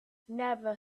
never